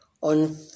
On